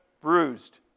bruised